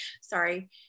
Sorry